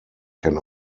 can